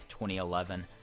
2011